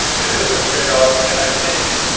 it is a tradeoff, and i think